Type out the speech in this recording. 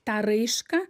tą raišką